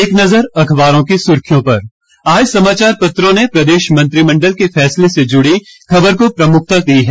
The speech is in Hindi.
एक नजर अखबारों की सुर्खियों पर आज समाचार पत्रों ने प्रदेश मंत्रिमंडल के फैसले से जुड़ी खबर को प्रमुखता दी है